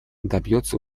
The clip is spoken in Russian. добьется